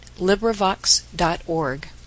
LibriVox.org